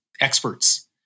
experts